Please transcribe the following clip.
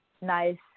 nice